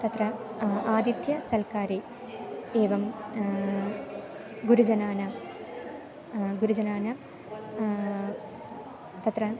तत्र आतिथ्यसत्कारे एवं गुरुजनानां गुरुजनानां तत्र